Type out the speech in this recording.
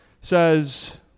says